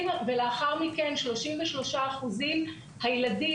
ולאחר מכן 33% הילדים,